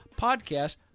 podcast